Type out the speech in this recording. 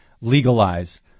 legalize